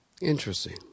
Interesting